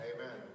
Amen